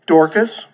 Dorcas